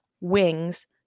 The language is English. Wings